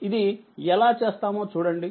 ఇది ఎలా చేస్తామో చూడండి